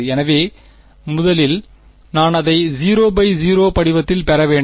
எனவே முதலில் நான் அதை 0 பை 0 படிவத்தில் பெற வேண்டும்